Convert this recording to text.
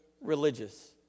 religious